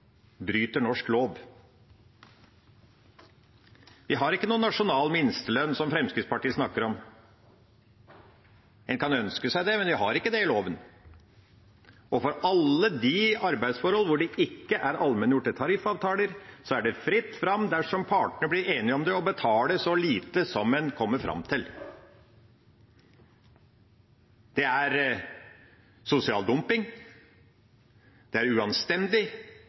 bryter norsk lov. Vi har ikke noen nasjonal minstelønn, som Fremskrittspartiet snakker om. En kan ønske seg det, men vi har ikke det i loven. For alle de arbeidsforhold hvor det ikke er allmenngjorte tariffavtaler, er det fritt fram, dersom partene blir enige om det, å betale så lite som en kommer fram til. Det er sosial dumping, det er uanstendig,